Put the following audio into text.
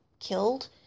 killed